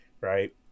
Right